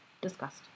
discussed